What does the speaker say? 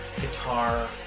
guitar